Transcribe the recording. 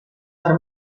per